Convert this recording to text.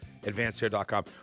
advancedhair.com